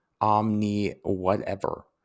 omni-whatever